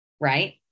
right